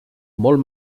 molt